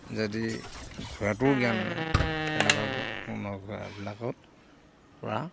যদি ঘোঁৰাটো জ্ঞান নাই তেনেকুৱা ঘোঁৰাবিলাকত পৰা